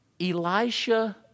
Elisha